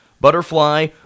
butterfly